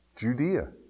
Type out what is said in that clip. Judea